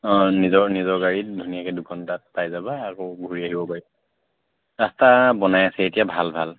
অঁ নিজৰ নিজৰ গাড়ীত ধুনীয়াকৈ দুঘণ্টাত পাই যাবা আকৌ ঘূৰি আহিব পাৰি ৰাস্তা বনাই আছে এতিয়া ভাল ভাল